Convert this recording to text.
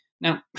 Now